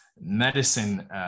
medicine